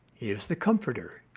he is the comforter.